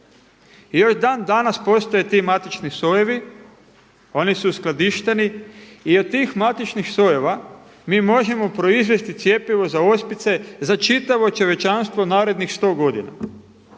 i još dan danas postoje ti matični sojevi. Oni su uskladišteni i od tih matičnih sojeva mi možemo proizvesti cjepivo za ospice za čitavo čovječanstvo narednih sto godina,